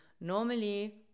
normally